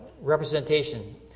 representation